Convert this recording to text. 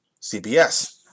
CBS